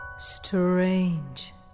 Strange